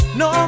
no